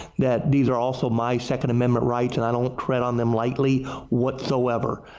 that these are also mine second amendment right and i don't tread on them lightly whatsoever.